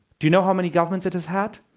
do you know how many governments it has had?